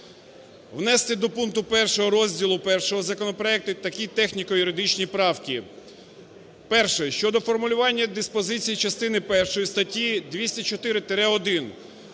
внести до пункту 1 розділу І законопроекту такі техніко-юридичні правки. Перше. Щодо формулювання диспозицій частини першої статті 204-1